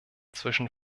zwischen